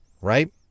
right